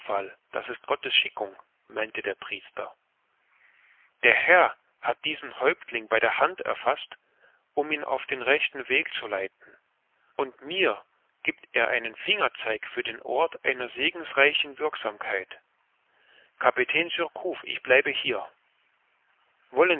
das ist gottes schickung meinte der priester der herr hat diesen häuptling bei der hand erfaßt um ihn auf den rechten weg zu leiten und mir gibt er einen fingerzeig für den ort einer segensreichen wirksamkeit kapitän surcouf ich bleibe hier wollen